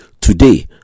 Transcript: today